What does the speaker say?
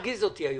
בשביל להרגיז.